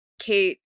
Kate